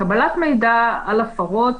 קבלת המידע על הפרות,